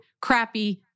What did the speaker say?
crappy